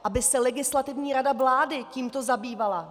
Aby se Legislativní rada vlády tímto zabývala.